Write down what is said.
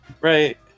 Right